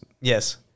Yes